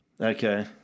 Okay